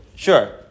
Sure